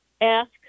ask